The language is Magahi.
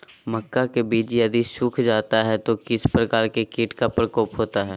मक्का के बिज यदि सुख जाता है तो किस प्रकार के कीट का प्रकोप होता है?